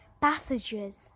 passages